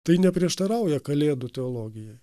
tai neprieštarauja kalėdų teologijai